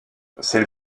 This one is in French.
celle